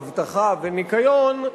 אבטחה וניקיון,